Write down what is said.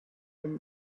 win